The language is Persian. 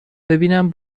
ببینم